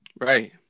Right